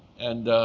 and